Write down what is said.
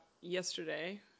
yesterday